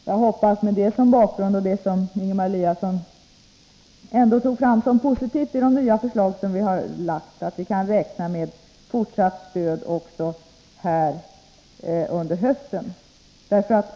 Jag hoppas, med detta som bakgrund och med det som Ingemar Eliasson ändå tog fram som positivt i de nya förslag vi har lagt fram, att vi kan räkna med fortsatt stöd också under hösten.